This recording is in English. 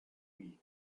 week